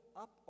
up